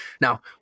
Now